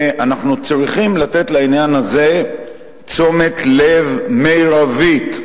אנחנו צריכים לתת לעניין הזה תשומת לב מרבית.